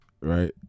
right